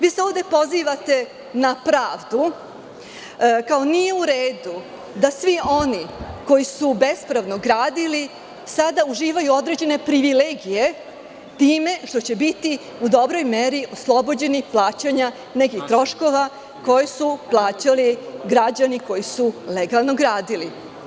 Vi se ovde pozivate na pravdu, kao nije u redu da svi oni koji su bespravno gradili sada uživaju određene privilegije time što će biti u dobroj meri oslobođeni plaćanja nekih troškova koje su plaćali građani koji su legalno gradili.